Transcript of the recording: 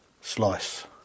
slice